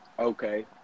Okay